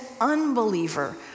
unbeliever